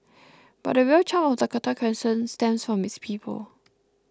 but the real charm of Dakota Crescent stems from its people